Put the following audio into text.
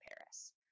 Paris